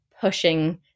pushing